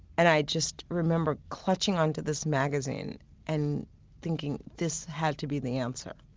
and i just remember clutching onto this magazine and thinking this had to be the answer.